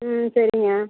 ம் சரிங்க